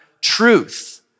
truth